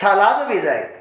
सालाद बी जाय